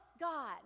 God